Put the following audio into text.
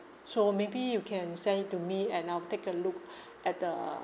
so maybe you can send it to me and I'll take a look at the